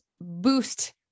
boost